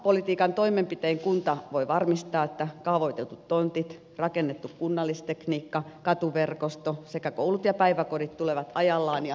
maapolitiikan toimenpitein kunta voi varmistaa että kaavoitetut tontit rakennettu kunnallistekniikka katuverkosto sekä koulut ja päiväkodit tulevat ajallaan ja kustannustehokkaasti käyttöön